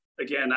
again